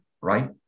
right